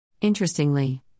Interestingly